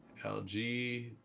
LG